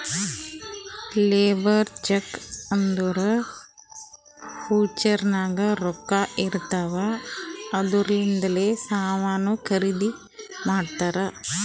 labour cheque ಅಂದುರ್ voucher ನಾಗ್ ರೊಕ್ಕಾ ಇರ್ತಾವ್ ಅದೂರ್ಲಿಂದೆ ಸಾಮಾನ್ ಖರ್ದಿ ಮಾಡ್ತಾರ್